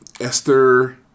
Esther